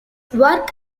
work